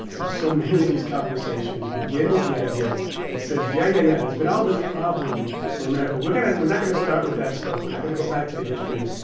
and so many of these conversations begin with the idea that says, yeah, yeah, yeah, there's been all this problem in america. we're going we're not going to start with that stuff. we're not going to go back to the history.